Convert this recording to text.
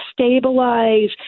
stabilize